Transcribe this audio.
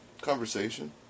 Conversation